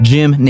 Jim